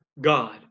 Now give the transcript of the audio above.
god